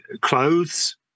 clothes